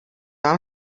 vám